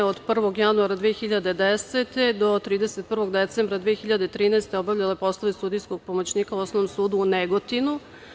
Od 1. januara 2010. do 31. decembra 2013. godine obavljala je poslove sudijskog pomoćnika u Osnovnom sudu u Negotinu.